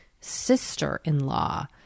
sister-in-law